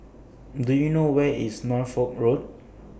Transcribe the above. Do YOU know Where IS Norfolk Road